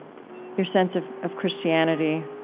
your sense of of christianity.